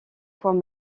point